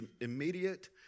immediate